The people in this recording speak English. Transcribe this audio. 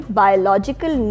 biological